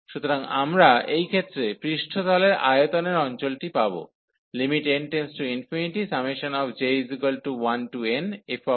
সুতরাং আমরা এই ক্ষেত্রে পৃষ্ঠতলের আয়তনের অঞ্চলটি কেবল পাব